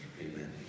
amen